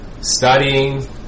Studying